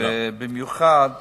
ובמיוחד